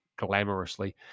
glamorously